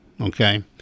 Okay